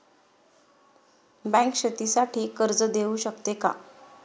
Bank शेतीसाठी कर्ज देऊ शकते का?